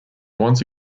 once